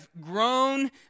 grown